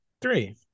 Three